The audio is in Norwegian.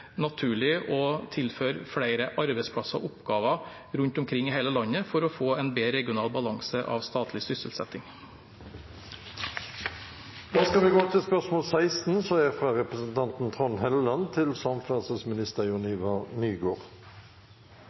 naturlig å tilføre flere arbeidsplasser og oppgaver rundt omkring i hele landet for å få en bedre regional balanse av statlig sysselsetting. Spørsmål 15 er besvart. Jeg har følgende spørsmål til samferdselsministeren: «Regjeringen Støre har kuttet bevilgningen til